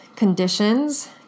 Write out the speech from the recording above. Conditions